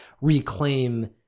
reclaim